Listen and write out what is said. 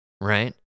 right